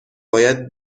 باید